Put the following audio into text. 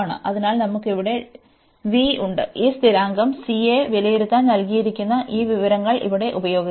അതിനാൽ നമുക്ക് ഇവിടെ v ഉണ്ട് ഈ സ്ഥിരാങ്കo cയെ വിലയിരുത്താൻ നൽകിയിയിരികുന്ന ഈ വിവരങ്ങൾ ഇവിടെ ഉപയോഗിക്കാം